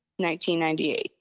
1998